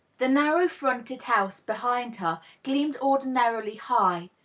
the narrow-fronted house behind her gleamed ordinarily high,